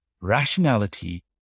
rationality